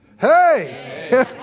Hey